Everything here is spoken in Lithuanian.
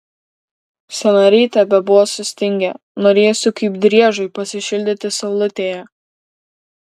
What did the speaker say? sąnariai tebebuvo sustingę norėjosi kaip driežui pasišildyti saulutėje